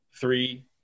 Three